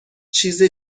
چیز